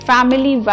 Family